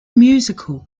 musical